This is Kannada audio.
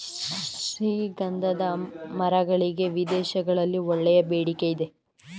ಶ್ರೀಗಂಧದ ಮರಗಳಿಗೆ ವಿದೇಶಗಳಲ್ಲಿ ಒಳ್ಳೆಯ ಬೇಡಿಕೆ ಇದೆ